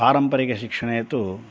पारम्परिकशिक्षणे तु